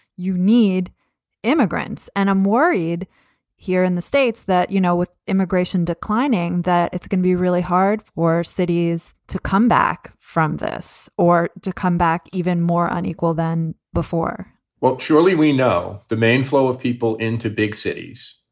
you need immigrants. and i'm worried here in the states that, you know, with immigration declining, that it's going to be really hard for cities to come back from this or to come back even more unequal than before well, surely we know the main flow of people into big cities,